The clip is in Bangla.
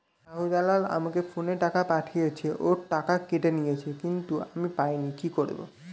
শাহ্জালাল আমাকে ফোনে টাকা পাঠিয়েছে, ওর টাকা কেটে নিয়েছে কিন্তু আমি পাইনি, কি করব?